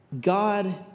God